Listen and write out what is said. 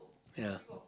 ya